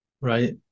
right